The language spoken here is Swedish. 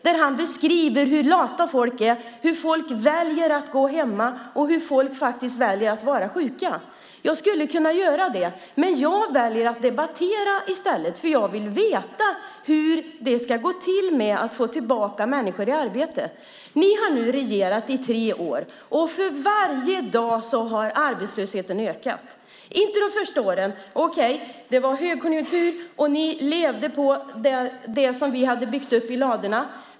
Där beskriver han hur lata folk är, hur folk väljer att gå hemma och hur folk väljer att vara sjuka. Jag skulle kunna göra det, men jag väljer att debattera i stället för jag vill veta hur det ska gå till att få tillbaka människor i arbete. Ni har nu regerat i tre år. För varje dag har arbetslösheten ökat. Inte de första åren - okej. Det var högkonjunktur, och ni levde på det som vi hade lagt upp i ladorna.